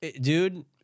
dude